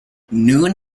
noon